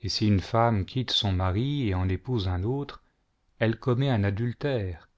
et si une femme quitte son mari et en épouse un autre elle commet un adultère